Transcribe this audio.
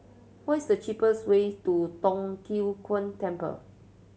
what is the cheapest way to Tong Tien Kung Temple